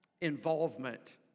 involvement